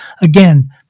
Again